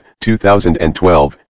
2012